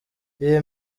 iyi